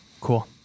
Cool